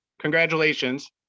congratulations